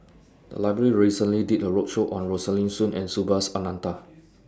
The Library recently did A roadshow on Rosaline Soon and Subhas Anandan